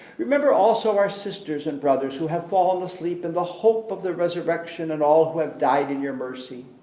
remember also our sisters and brothers who have fallen asleep in the hope of the resurrection, and all who have died in your mercy,